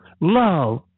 love